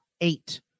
eight